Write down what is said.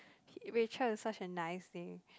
Rachel is such a nice name